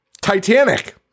Titanic